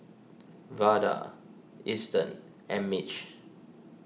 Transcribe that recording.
Vada Eston and Mitch